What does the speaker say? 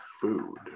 food